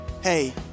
Hey